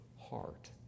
heart